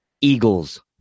Eagles